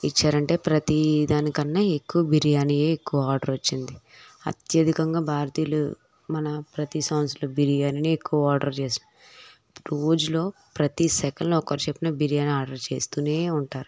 ఇచ్చారంటే ప్రతీదాన్ని కన్నా ఎక్కువ బిర్యానీయే ఎక్కువ ఆర్డర్ వచ్చింది అత్యధికంగా భారతీయ్యులు మన ప్రతీ సంవత్సరం బిర్యానినే ఎక్కువ ఆర్డర్ చేశారు రోజులో ప్రతీ సెకండ్లో ఒకరు చొప్పున బిర్యానీ ఆర్డర్ చేస్తూనే ఉంటారు